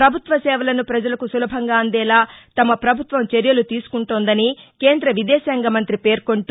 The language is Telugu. ప్రభుత్వ సేవలను ప్రజలకు సులభంగా అందేలా తమ ప్రభుత్వం చర్యలు తీసుకుంటోందని కేంద్ర విదేశాంగ మం్రతి పేర్కొంటూ